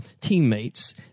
teammates